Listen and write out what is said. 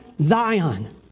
Zion